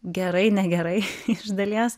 gerai negerai iš dalies